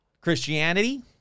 Christianity